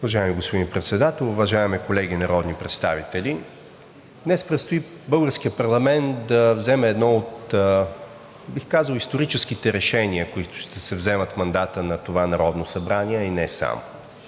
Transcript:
Уважаеми господин Председател, уважаеми колеги народни представители! Днес предстои българският парламент да вземе едно, бих казал, от историческите решения, които ще се вземат в мандата на това Народно събрание, а и не само.